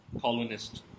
colonist